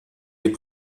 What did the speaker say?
les